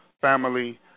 family